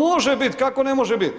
Ma može bit, kako ne može bit,